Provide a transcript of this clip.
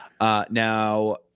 Now